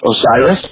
Osiris